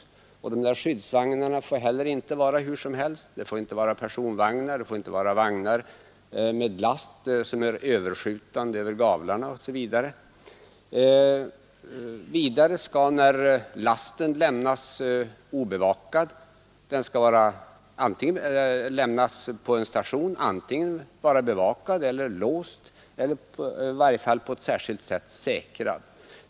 Skyddsvagnarna får inte heller vara beskaffade hur som helst. Det får inte vara personvagnar, det får inte vara vagnar med last som skjuter över gavlarna, osv. Vidare skall lasten då den lämnas på en station vara bevakad, låst eller på särskilt sätt säkrad.